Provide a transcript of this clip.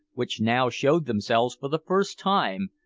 which now showed themselves for the first time,